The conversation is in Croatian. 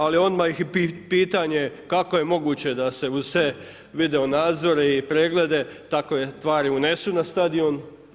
Ali odmah i pitanje kako je moguće da se uz sve video nadzore i preglede takove tvari unesu na stadion?